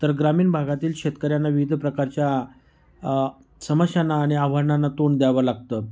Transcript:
तर ग्रामीण भागातील शेतकऱ्यांना विविध प्रकारच्या समस्यांना आणि आह्वानांना तोंड द्यावं लागतं